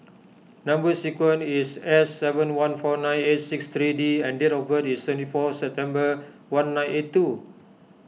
Number Sequence is S seven one four nine eight six three D and date of birth is twenty four September one nine eight two